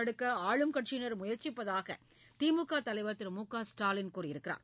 தடுக்க ஆளுங்கட்சியினர் முயற்சிப்பதாக திமுக தலைவர் திரு மு க ஸ்டாலின் கூறியுள்ளார்